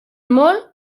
molt